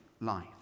life